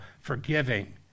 forgiving